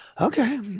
okay